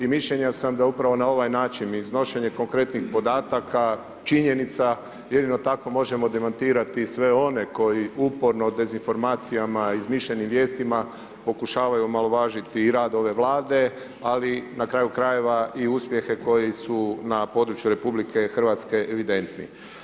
I mišljenja sam da upravo na ovaj način iznošenje konkretnih podataka, činjenica jedino tako možemo demantirati sve one koji uporno dezinformacijama, izmišljenim vijestima pokušavaju omalovažiti i rad ove Vlade ali na kraju krajeva i uspjehe koji su na području RH evidentni.